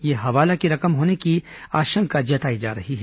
यह हवाला की रकम होने की आशंका जताई जा रही है